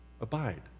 abide